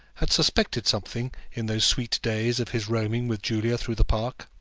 had suspected something in those sweet days of his roaming with julia through the park.